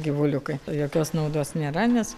gyvuliukai jokios naudos nėra nes